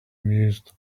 mused